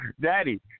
Daddy